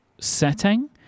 Setting